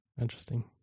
Interesting